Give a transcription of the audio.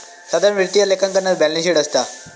साधारण वित्तीय लेखांकनात बॅलेंस शीट असता